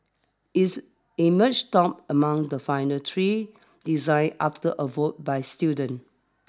its emerged top among the final three designs after a vote by students